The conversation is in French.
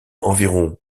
environ